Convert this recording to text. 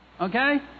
Okay